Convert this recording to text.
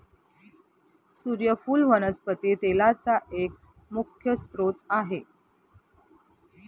सुर्यफुल वनस्पती तेलाचा एक मुख्य स्त्रोत आहे